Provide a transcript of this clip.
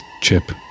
chip